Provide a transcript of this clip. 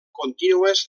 contínues